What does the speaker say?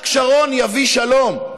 רק שרון יביא שלום,